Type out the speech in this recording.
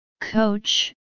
Coach